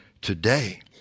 today